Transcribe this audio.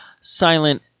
Silent